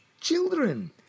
children